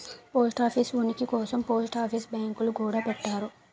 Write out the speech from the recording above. post office ఉనికి కోసం post office బ్యాంకులు గూడా పెట్టారు